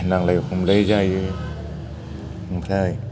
नांलाय खमलाय जायो ओमफ्राय